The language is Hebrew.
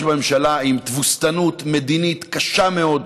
בו ממשלה עם תבוסתנות מדינית קשה מאוד,